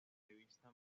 revista